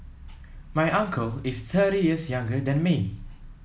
my uncle is thirty years younger than me